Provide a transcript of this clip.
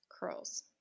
curls